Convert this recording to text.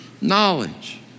Knowledge